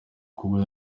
kuba